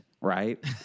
right